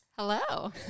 Hello